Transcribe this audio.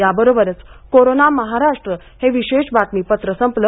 याबरोबरच कोरोना महाराष्ट्र हे विशेष बातमीपत्र संपलं